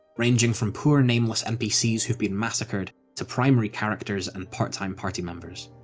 ranging from poor nameless npcs who've been massacred, to primary characters and part-time party members.